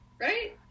Right